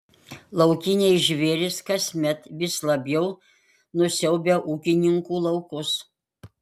laukiniai žvėrys kasmet vis labiau nusiaubia ūkininkų laukus